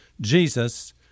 Jesus